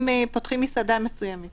אם פותחים מסעדה מסוימת